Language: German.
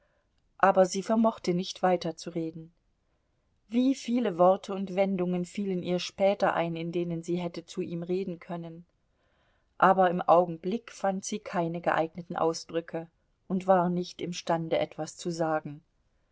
aber sie vermochte nicht weiterzureden wie viele worte und wendungen fielen ihr später ein in denen sie hätte zu ihm reden können aber im augenblick fand sie keine geeigneten ausdrücke und war nicht imstande etwas zu sagen